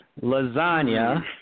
Lasagna